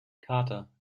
carter